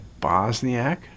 Bosniak